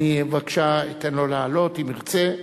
אני אתן לו לעלות, אם ירצה.